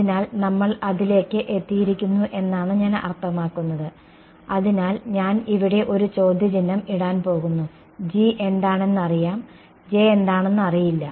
അതിനാൽ നമ്മൾ അതിലേക്ക് എത്തിയിരിക്കുന്നു എന്നാണ് ഞാൻ അർത്ഥമാക്കുന്നത് അതിനാൽ ഞാൻ ഇവിടെ ഒരു ചോദ്യചിഹ്നം ഇടാൻ പോകുന്നു G എന്താണെന്നറിയാം J എന്താണെന്നറിയില്ല